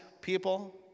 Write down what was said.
people